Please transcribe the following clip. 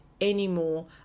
anymore